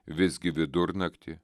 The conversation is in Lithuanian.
visgi vidurnaktį